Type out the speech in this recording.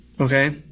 Okay